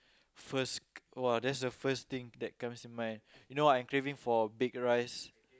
first !wah! that's the first thing that comes in mind you know I craving for baked rice